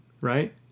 right